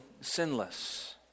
sinless